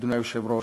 אדוני היושב-ראש,